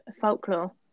folklore